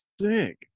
sick